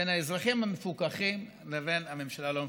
בין האזרחים המפוכחים לבין הממשלה הלא-מפוכחת,